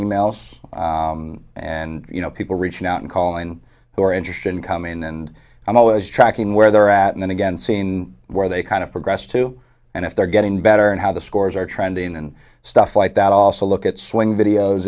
emails and you know people reaching out and calling who are interested in coming in and i'm always tracking where they're at and again seen where they kind of progressed to and if they're getting better and how the scores are trending and stuff like that also look at swing videos